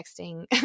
texting